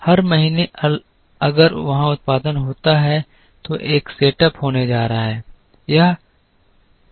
हर महीने अगर वहाँ उत्पादन होता है तो एक सेटअप होने जा रहा है